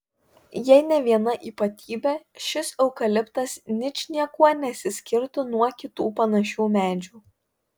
jei ne viena ypatybė šis eukaliptas ničniekuo nesiskirtų nuo kitų panašių medžių